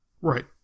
Right